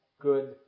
good